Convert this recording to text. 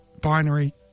binary